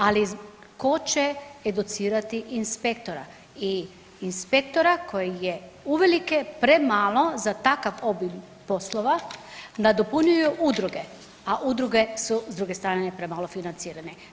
Ali tko će educirati inspektora, inspektora koji je uvelike premalo za takav oblik poslova nadopunjuju udruge a udruge su s druge strane premalo financirane.